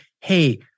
hey